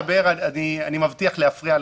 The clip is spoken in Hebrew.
מיקי, כשאתה תדבר, אני מבטיח להפריע לך.